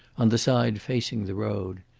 on the side facing the road.